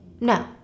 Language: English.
No